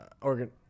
Organ